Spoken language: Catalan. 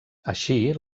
així